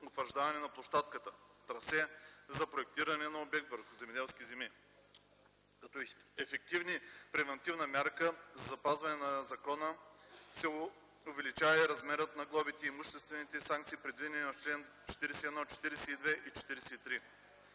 на площадката (трасето) за проектиране на обект върху земеделски земи. Като ефективна превантивна мярка за спазването на закона се увеличава и размерът на глобите и имуществените санкции, предвидени в чл. 41, 42 и 43.